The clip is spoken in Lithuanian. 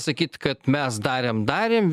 sakyt kad mes darėm darėm